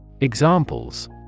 Examples